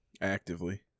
actively